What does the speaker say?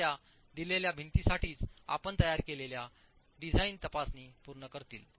तर त्या दिलेल्या भिंतीसाठीच आपण तयार केलेल्या डिझाइन तपासणी पूर्ण करतील